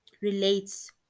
relates